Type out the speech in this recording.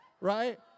right